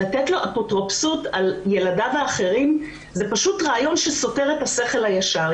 לתת לו אפוטרופסות על ילדיו החרים זה פשוט רעיון שסותר את השכל הישר.